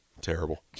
Terrible